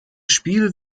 spiel